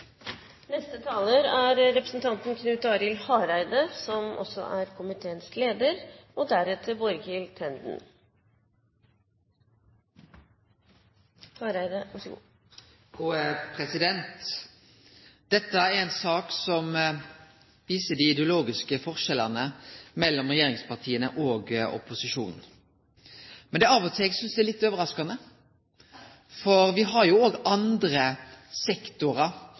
neste skritt. Dette er ei sak som viser dei ideologiske forskjellane mellom regjeringspartia og opposisjonen. Men av og til synest eg det er litt overraskande, for me har jo òg andre sektorar,